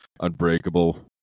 Unbreakable